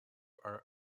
are